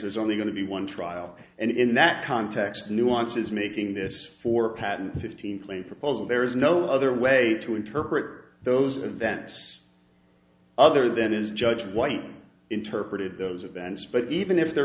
there's only going to be one trial and in that context nuance is making this four patent fifteen claim proposal there is no other way to interpret those events other than as judge white interpreted those events but even if there